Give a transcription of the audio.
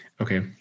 okay